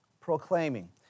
proclaiming